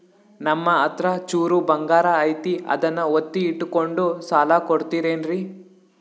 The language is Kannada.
ನಮ್ಮಹತ್ರ ಚೂರು ಬಂಗಾರ ಐತಿ ಅದನ್ನ ಒತ್ತಿ ಇಟ್ಕೊಂಡು ಸಾಲ ಕೊಡ್ತಿರೇನ್ರಿ?